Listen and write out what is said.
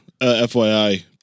FYI